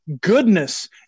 goodness